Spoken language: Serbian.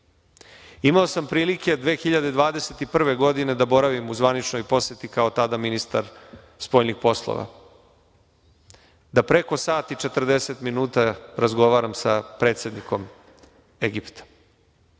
Imao sam priliku 2021. godine da boravim u zvaničnoj poseti kao tada ministar spoljnih poslova, da preko sat i 40 minuta razgovaram sa predsednikom Egipta,